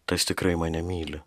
tas tikrai mane myli